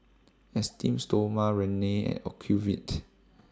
Esteem Stoma Rene and Ocuvite